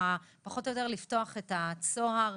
פחות או יותר לפתוח את הצוהר.